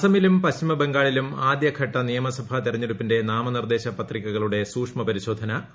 അസമിലും പശ്ചിമബംഗാളിലും ആദ്യഘട്ട നിയമസഭാ തെരഞ്ഞെടുപ്പിന്റെ നാമ്നിർദ്ദേശ പത്രികകളുടെ സൂക്ഷ്മ പരിശോധന ആരംഭിച്ചു